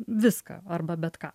viską arba bet ką